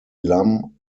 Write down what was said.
lam